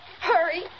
hurry